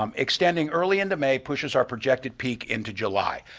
um extending early into may pushes our projected peak into july.